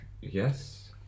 Yes